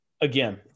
again